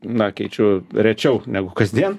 na keičiu rečiau negu kasdien